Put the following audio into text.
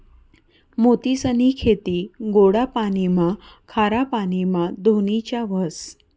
मोतीसनी खेती गोडा पाणीमा, खारा पाणीमा धोनीच्या व्हस